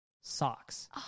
socks